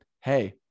hey